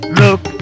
look